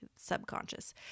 subconscious